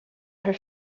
her